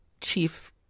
chief